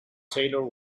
taylor